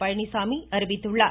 பழனிச்சாமி அறிவித்துள்ளார்